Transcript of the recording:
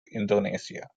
indonesia